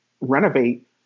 renovate